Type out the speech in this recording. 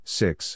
six